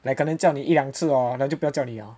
like 可能叫你一两次 then 就不要叫你了